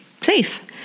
safe